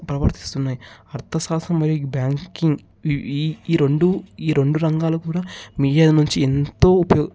ప్రవర్తిస్తున్నాయి అర్ధశాస్త్రం మరియు బ్యాంకింగ్ ఈ ఈ రెండూ ఈ రెండూ రంగాలు కూడ మీడియా నుంచి ఎంతో ఉపయోగ